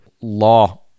law